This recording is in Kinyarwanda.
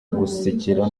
gusekera